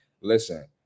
listen